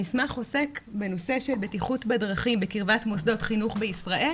המסמך עוסק בנושא של בטיחות בדרכים בקרבת מוסדות חינוך בישראל,